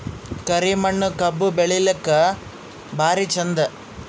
ಕರಿ ಮಣ್ಣು ಕಬ್ಬು ಬೆಳಿಲ್ಲಾಕ ಭಾರಿ ಚಂದ?